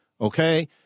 okay